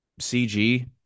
CG